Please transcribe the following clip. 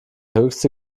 höchste